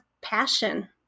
passion